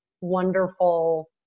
wonderful